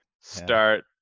start